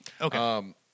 Okay